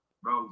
bro